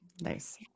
Nice